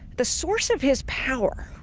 the source of his power